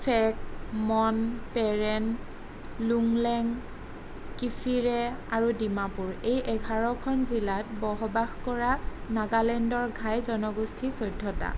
check Mon Peren Longleng Kiphire আৰু ডিমাপুৰ এই এঘাৰখন জিলাত বসবাস কৰা নাগালেণ্ডৰ ঘাই জনগোষ্ঠী চৈধ্যটা